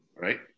right